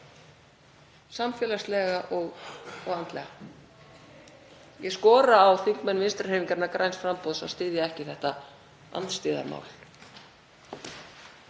samfélagslega og andlega. Ég skora á þingmenn Vinstrihreyfingarinnar – græns framboðs að styðja ekki þetta andstyggðarmál.